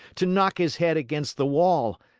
to knock his head against the wall,